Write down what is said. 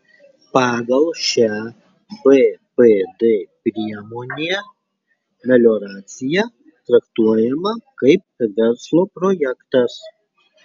pagal šią bpd priemonę melioracija traktuojama kaip verslo projektas